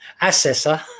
assessor